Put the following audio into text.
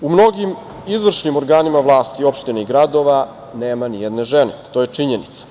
U mnogim izvršnim organima vlasti, opština i gradova nema nijedne žene, to je činjenica.